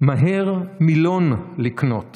מהר מילון לקנות /